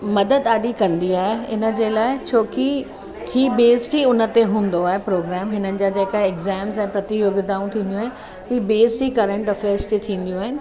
मदद ॾाढी कंदी आहे हिन जे लाइ छो की ही बेस्ड ई उन ते हूंदो आहे प्रोग्रेम हिननि जा जेका इग्ज़ैम्स ऐं प्रतियोगिताऊं थींदियूं आहिनि ही बेस्ड ई करंट अफ़ैर्स ते थींदियूं आहिनि